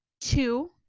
Two